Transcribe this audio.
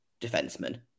defenseman